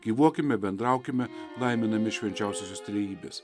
gyvuokime bendraukime laiminami švenčiausiosios trejybės